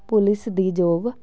police ਦੀ job